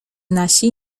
nasi